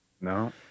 No